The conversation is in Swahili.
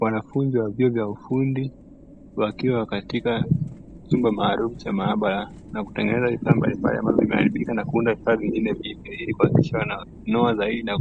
Wanafunzi wa vyuo vya ufundi wakiwa katika chumba cha maabara na kutengeneza vifaa mbalimbali ambavyo vimeharibika na kuunda vingine vipya, ili kuhakikisha wananoa zaidi na